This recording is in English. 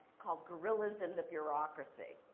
called gorillas in the bureaucracy.